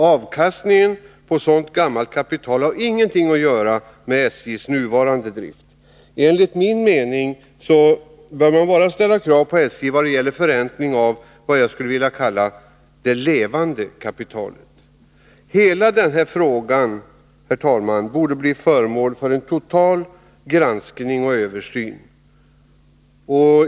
Avkastningen på sådant gammalt kapital har ingenting att göra med SJ:s nuvarande drift. Enligt min mening bör man bara ställa krav på SJ vad gäller förräntning av vad jag skulle vilja kalla det levande kapitalet. Hela den här frågan, herr talman, borde bli föremål för en total miska målsättning granskning och översyn.